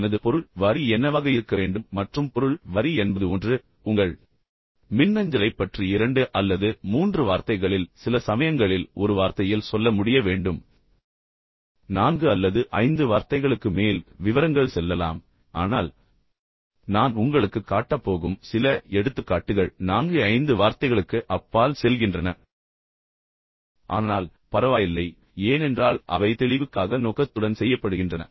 எனது பொருள் வரி என்னவாக இருக்க வேண்டும் மற்றும் பொருள் வரி என்பது ஒன்று உங்கள் மின்னஞ்சலைப் பற்றி இரண்டு அல்லது மூன்று வார்த்தைகளில் சில சமயங்களில் ஒரு வார்த்தையில் சொல்ல முடிய வேண்டும் நான்கு அல்லது ஐந்து வார்த்தைகளுக்கு மிகாமல் நீங்கள் விவரங்களைச் சேர்க்கப் போகிறீர்கள் என்றால் அது அதற்கு அப்பால் செல்லலாம் ஆனால் நான் உங்களுக்குக் காட்டப் போகும் சில எடுத்துக்காட்டுகள் நான்கு ஐந்து வார்த்தைகளுக்கு அப்பால் செல்கின்றன ஆனால் பரவாயில்லை ஏனென்றால் அவை தெளிவுக்காக நோக்கத்துடன் செய்யப்படுகின்றன